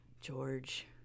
George